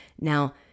Now